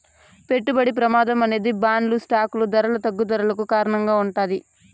పెట్టుబడి ప్రమాదం అనేది బాండ్లు స్టాకులు ధరల తగ్గుదలకు కారణంగా ఉంటాది